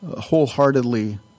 wholeheartedly